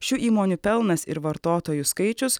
šių įmonių pelnas ir vartotojų skaičius